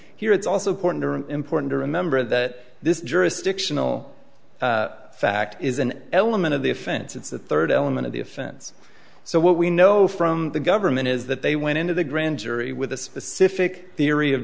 here it's also important important to remember that this jurisdictional fact is an element of the offense it's the third element of the offense so what we know from the government is that they went into the grand jury with a specific theory of